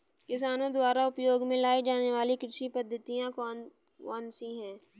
किसानों द्वारा उपयोग में लाई जाने वाली कृषि पद्धतियाँ कौन कौन सी हैं?